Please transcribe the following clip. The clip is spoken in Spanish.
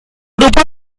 grupos